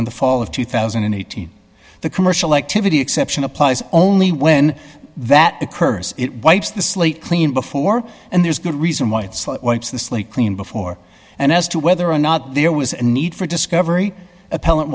in the fall of two thousand and eighteen the commercial activity exception applies only when that occurs it wipes the slate clean before and there's good reason why it's wipes the slate clean before and as to whether or not there was a need for discovery